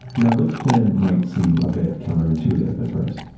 now, look's plan might seem a bit counterintuitive at first.